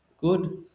good